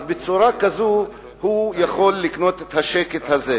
אז בצורה כזאת הוא יכול לקנות את השקט הזה.